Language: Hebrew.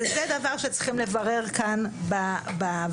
וזה דבר שצריכים לברר כאן בוועדה: